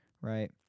right